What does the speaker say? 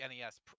NES